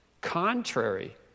contrary